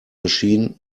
machine